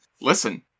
Listen